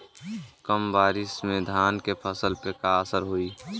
कम बारिश में धान के फसल पे का असर होई?